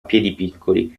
piedipiccoli